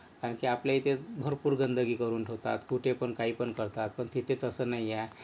कारण की आपल्या इथे भरपूर गंदगी करून ठेवतात कुठे पण काही पण करतात पण तिथे तसं नाही आहे